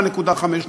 4.5,